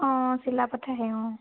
অঁ চিলাপথাৰহে অঁ